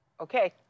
Okay